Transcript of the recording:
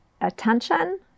attention